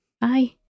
Bye